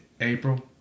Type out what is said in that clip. April